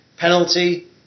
penalty